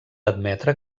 admetre